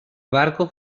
barco